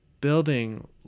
building